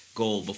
goal